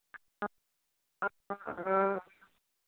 हाँ हाँ हाँ हाँ हाँ